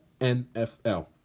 NFL